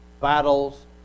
battles